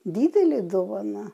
didelė dovana